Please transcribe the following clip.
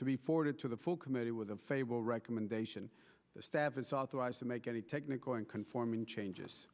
be forwarded to the full committee with the fable recommendation the staff it's authorized to make any technical and conforming changes